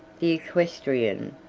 the equestrian,